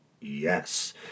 Yes